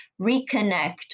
reconnect